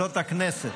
זאת הכנסת.